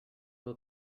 will